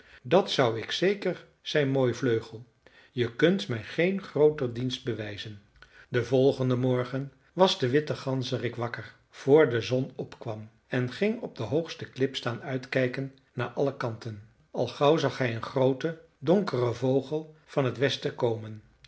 dat zou ik zeker zei mooivleugel je kunt mij geen grooter dienst bewijzen den volgenden morgen was de witte ganzerik wakker vr de zon opkwam en ging op de hoogste klip staan uitkijken naar alle kanten al gauw zag hij een grooten donkeren vogel van het westen komen